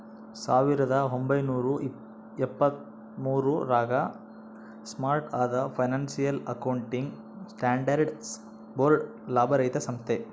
ಸಾವಿರದ ಒಂಬೈನೂರ ಎಪ್ಪತ್ತ್ಮೂರು ರಾಗ ಸ್ಟಾರ್ಟ್ ಆದ ಫೈನಾನ್ಸಿಯಲ್ ಅಕೌಂಟಿಂಗ್ ಸ್ಟ್ಯಾಂಡರ್ಡ್ಸ್ ಬೋರ್ಡ್ ಲಾಭರಹಿತ ಸಂಸ್ಥೆ